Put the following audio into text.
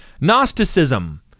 Gnosticism